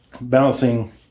balancing